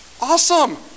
awesome